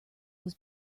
was